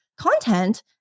content